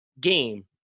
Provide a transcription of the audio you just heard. game